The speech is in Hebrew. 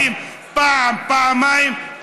חבר הכנסת פריג',